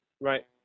Right